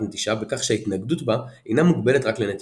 נטישה בכך שההתנגדות בה אינה מוגבלת רק לנטישה.